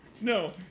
No